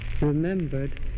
remembered